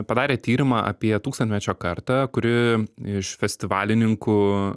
padarė tyrimą apie tūkstantmečio kartą kuri iš festivalininkų